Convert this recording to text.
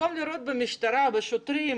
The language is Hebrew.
יראו במשטרה ובשוטרים